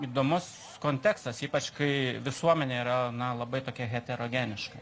įdomus kontekstas ypač kai visuomenė yra na labai tokia heterogeniška